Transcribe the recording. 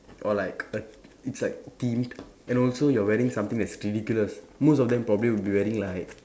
or like a it's like themed and also you're wearing something that's like ridiculous most of them probably will be wearing like